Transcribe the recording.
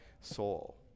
soul